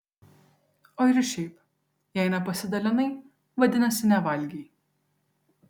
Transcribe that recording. o ir šiaip jei nepasidalinai vadinasi nevalgei